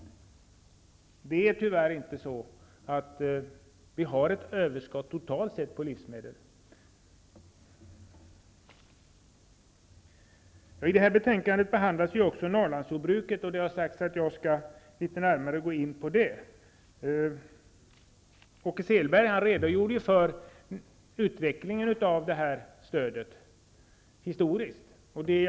Det är tyvärr inte så att det totalt sett finns överskott på livsmedel. I det här betänkandet behandlas också Norrlandsstödet, och det har sagts att jag skall litet närmare gå in på det. Åke Selberg redogjorde för hur Norrlandsstödet historiskt har utvecklats.